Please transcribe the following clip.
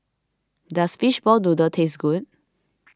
does Fishball Noodle taste good